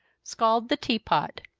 scald the tea-pot,